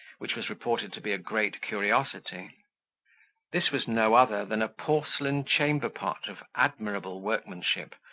which was reported to be a great curiosity this was no other than a porcelain chamber-pot of admirable workmanship,